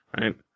Right